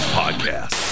podcast